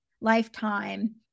lifetime